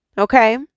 Okay